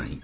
ନାହିଁ